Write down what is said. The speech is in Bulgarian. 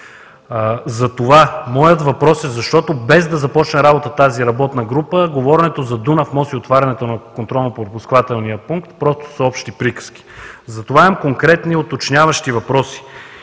За това моят въпрос е – защото без да започне работа тази работна група, то говоренето за Дунав мост и отварянето на контролно пропускателния пункт просто са общи приказки. Затова имам конкретни, уточняващи въпроси: